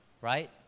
right